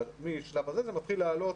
מהשלב הזה זה מתחיל לעלות.